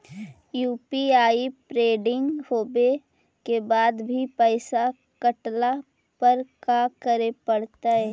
UPI pending होवे के बाद भी पैसा कटला पर का करे पड़तई?